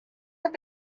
have